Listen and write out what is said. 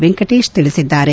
ವೆಂಕಟೇಶ್ ತಿಳಿಸಿದ್ದಾರೆ